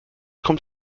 kommt